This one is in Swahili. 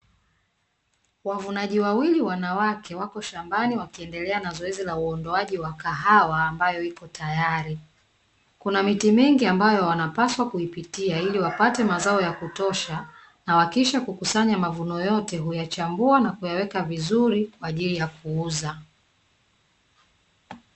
Wavunaji wawili wanawake wapo shambani wakiendelea na zoezi la uondoaji wa kahawa ambayo iko tayari, kuna miti mingi ambayo wanapaswa kuipitia ili wapate mazao ya kutosha, na wakisha kukusanya mazao yote huyachambua na kuyaweka vizuri kwa ajili ya kuuza.